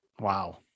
Wow